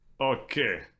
Okay